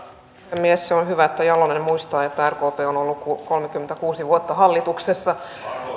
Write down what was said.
puhemies se on hyvä että jalonen muistaa että rkp on ollut kolmekymmentäkuusi vuotta hallituksessa